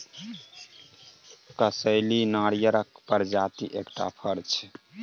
कसैली नारियरक प्रजातिक एकटा फर छै